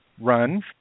run